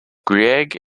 grieg